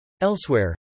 Elsewhere